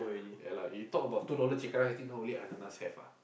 ya lah you talk about two dollar chicken rice think now only Ananas have ah